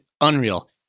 unreal